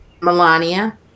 Melania